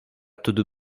tudo